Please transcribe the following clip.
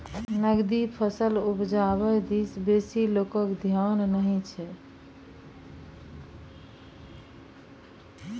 नकदी फसल उपजाबै दिस बेसी लोकक धेआन नहि छै